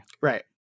Right